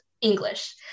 English